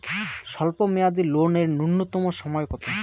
স্বল্প মেয়াদী লোন এর নূন্যতম সময় কতো?